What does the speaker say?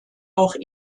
auch